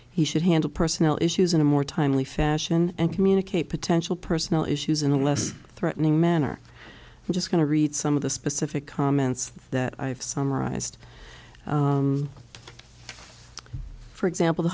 he should handle personal issues in a more timely fashion and communicate potential personal issues in a less threatening manner i'm just going to read some of the specific comments that i've summarized for example the